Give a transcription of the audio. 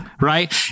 right